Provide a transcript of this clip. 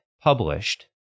published